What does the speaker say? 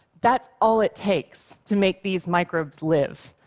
that's all it takes to make these microbes live.